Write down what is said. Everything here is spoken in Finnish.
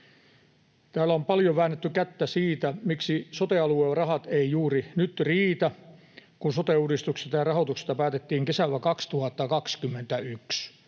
Täällä on paljon väännetty kättä siitä, miksi sote-alueilla rahat eivät juuri nyt riitä. Kun sote-uudistuksesta ja rahoituksesta päätettiin kesällä 2021,